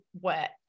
wet